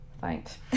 thanks